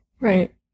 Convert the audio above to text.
Right